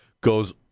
goes